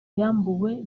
yambuwe